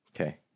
Okay